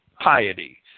piety